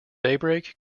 daybreak